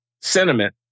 sentiment